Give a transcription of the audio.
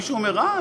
מישהו אומר: אה,